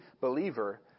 believer